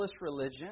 religion